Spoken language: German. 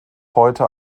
heute